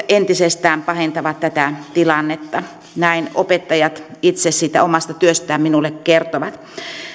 entisestään pahentavat tätä tilannetta näin opettajat itse siitä omasta työstään minulle kertovat